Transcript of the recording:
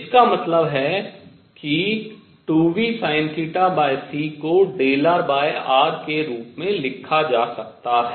इसका मतलब है कि 2vsinθc को Δrr के रूप में लिखा जा सकता है